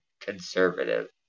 Conservative